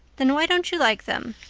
then why don't you like them?